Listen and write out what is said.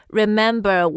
remember